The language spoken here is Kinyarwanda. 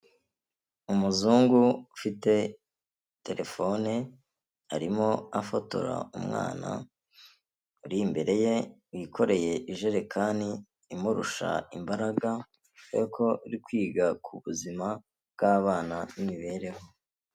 Umuzungu ufite telefone arimo afotora umwana uri imbere ye wikoreye ijerekani imurusha imbaraga kubera ko ari kwiga ku buzima bw'abana n'imibereho.